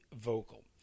vocal